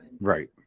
Right